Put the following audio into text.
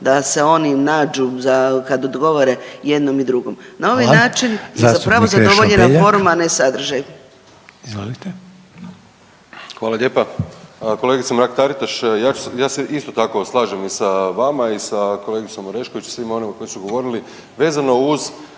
da se oni nađu kada odgovore i jednom i drugom? Na ovaj način je zapravo zadovoljena forma, a ne sadržaj.